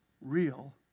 real